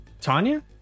tanya